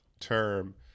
term